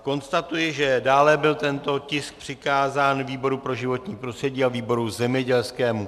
Konstatuji, že dále byl tento tisk přikázán výboru pro životní prostředí a výboru zemědělskému.